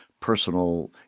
personal –